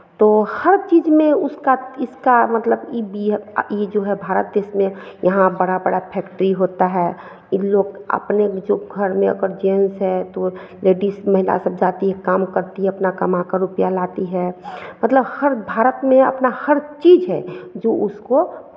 तो हर चीज़ में इसका उसका मतलब ई बि ई जो है भारत देश में यहाँ यहाँ बड़ा बड़ा फेक्ट्री होता है ई लोग अपने में जो घर में अगर जेंट्स है तो लेडिज़ महिला सब जाती है काम करती है अपना कमाकर रुपैया लाती है मतलब हर भारत में अपना हर चीज़ है जो उसको